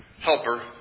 helper